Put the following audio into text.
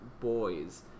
boys